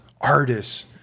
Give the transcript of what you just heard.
artists